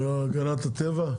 הגנת הטבע?